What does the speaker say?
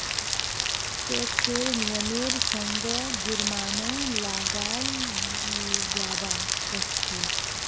टैक्सेर नियमेर संगअ जुर्मानो लगाल जाबा सखछोक